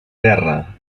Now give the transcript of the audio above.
terra